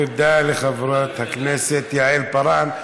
תודה לחברת הכנסת יעל פארן.